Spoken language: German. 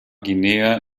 guinea